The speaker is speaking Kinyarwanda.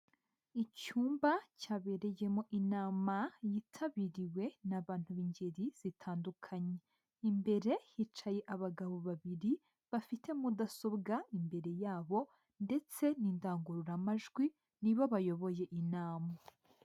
Icyumba cyabereyemo inama yitabiriwe n'abantu b'ingeri zitandukanye, imbere hicaye abagabo babiri bafite mudasobwa imbere yabo ndetse n'indangururamajwi nibo bayoboye inama.